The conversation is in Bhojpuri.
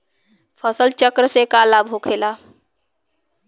फसल चक्र से का लाभ होखेला?